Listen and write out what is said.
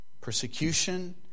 Persecution